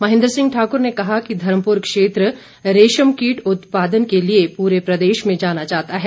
महेन्द्र सिंह ठाकुर ने कहा कि धर्मपुर क्षेत्र रेशम कीट उत्पाद के लिए पूरे प्रदेश में जाना जाता है